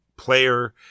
player